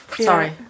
sorry